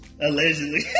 Allegedly